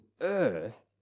earth